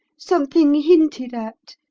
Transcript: something hinted at,